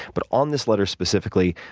but, on this letter specifically,